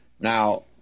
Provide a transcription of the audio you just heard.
Now